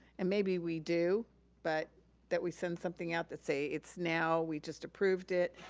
and maybe we do but that we send something out that say it's now, we just approved it,